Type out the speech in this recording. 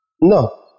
No